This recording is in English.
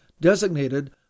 designated